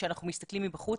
כשאנחנו מסתכלים מבחוץ,